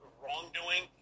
wrongdoing